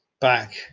back